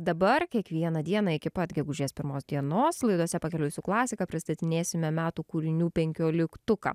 dabar kiekvieną dieną iki pat gegužės pirmos dienos laidose pakeliui su klasika pristatinėsime metų kūrinių penkioliktuką